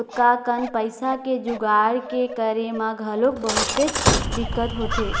ओतका कन पइसा के जुगाड़ के करे म घलोक बहुतेच दिक्कत होथे